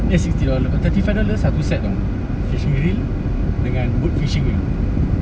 ya sixty dollars but thirty five dollars aku set dong fishing ring dengan boat fishing punya